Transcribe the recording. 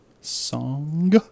song